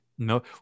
No